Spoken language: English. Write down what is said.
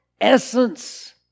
essence